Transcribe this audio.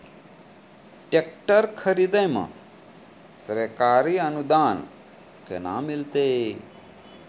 Tractor खरीदै मे सरकारी अनुदान केना मिलतै?